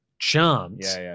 chance